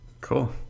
cool